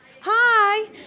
Hi